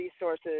resources